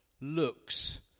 looks